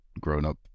grown-up